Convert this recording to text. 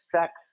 Sex